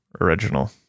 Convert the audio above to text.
original